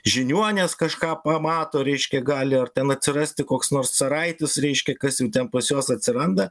žiniuonės kažką pamato reiškia gali ar ten atsirasti koks nors caraitis reiškia kas jau ten pas juos atsiranda